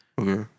Okay